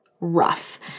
rough